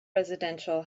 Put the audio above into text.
residential